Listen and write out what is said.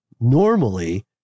normally